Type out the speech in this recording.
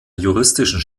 juristischen